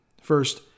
First